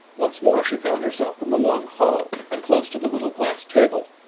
once more she found herself in the long hall, and close to the little glass table.